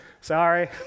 sorry